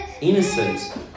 innocent